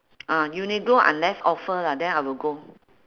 ah uniqlo unless offer lah then I will go